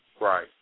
Right